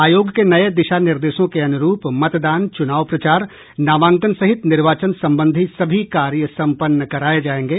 आयोग के नये दिशा निर्देशों के अनुरूप मतदान चुनाव प्रचार नामांकन सहित निर्वाचन संबंधी सभी कार्य संपन्न कराये जायेंगे